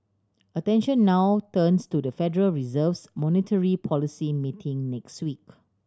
attention now turns to the Federal Reserve's monetary policy meeting next week